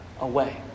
away